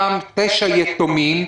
אותם תשעה יתומים,